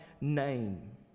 name